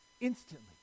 Instantly